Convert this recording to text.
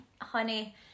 Honey